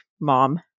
mom